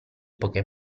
poche